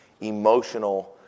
emotional